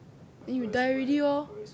then you die already lor